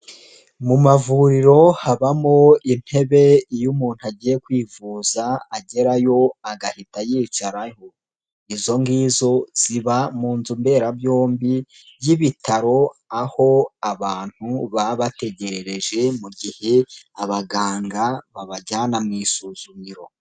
Mu mavuriro habamo intebe iyo umuntu agiye kwivuza agerayo agahita yicaraho. Izo ngizo ziba mu nzu mberabyombi y'ibitaro aho abantu baba bategerereje mu gihe abaganga babajyana mu isuzumiro.